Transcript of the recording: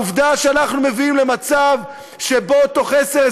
העובדה שאנחנו מביאים למצב שבו תוך עשר,